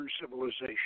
civilization